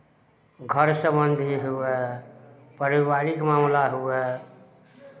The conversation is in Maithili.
घर सम्बन्धी हुए पारिवारिक मामिला हुए